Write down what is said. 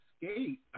skate